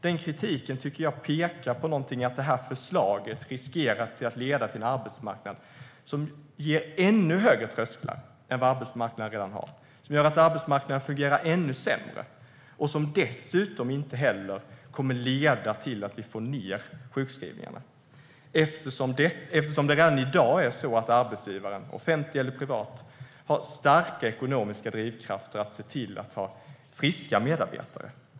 Den kritiken pekar på att förslaget riskerar att skapa en arbetsmarknad med ännu högre trösklar, att arbetsmarknaden fungerar ännu sämre och inte sänker antalet sjukskrivningar. Redan i dag har arbetsgivaren, offentlig eller privat, starka ekonomiska drivkrafter att ha friska medarbetare.